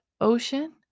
ocean